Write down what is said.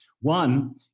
One